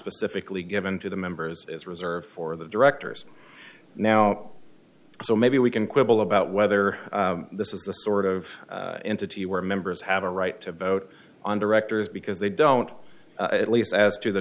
specifically given to the members is reserved for the directors now so maybe we can quibble about whether this is the sort of entity where members have a right to vote on directors because they don't at least as to the